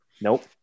Nope